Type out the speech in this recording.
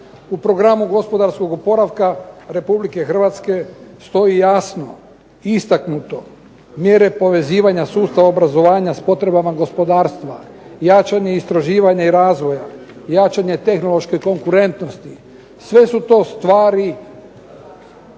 U Programu gospodarskog oporavka RH stoji jasno istaknuto mjere povezivanja sustava obrazovanja s potrebama gospodarstva, jačanje istraživanja i razvoja, jačanje tehnološke konkurentnosti. Sve su to stvari